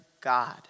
God